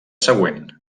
següent